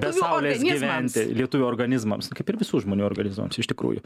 be saulės gyventi lietuvių organizmams kaip ir visų žmonių organizmas iš tikrųjų